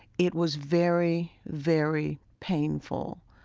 it was very, very painful